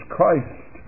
Christ